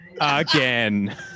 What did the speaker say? again